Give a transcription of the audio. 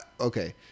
Okay